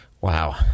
Wow